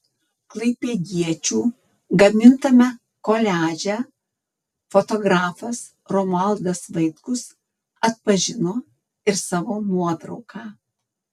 klaipėdiečių gamintame koliaže fotografas romualdas vaitkus atpažino ir savo nuotrauką